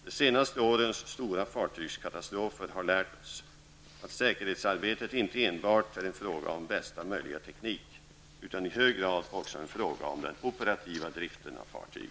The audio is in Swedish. De senaste årens stora fartygskatastrofer har lärt oss att säkerhetsarbetet inte enbart är en fråga om bästa möjliga teknik utan i hög grad också en fråga om den operativa driften av fartyg.